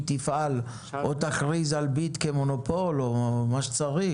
תפעל או תכריז על "ביט" כמונופול או מה שצריך?